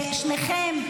שניכם,